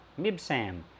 Mibsam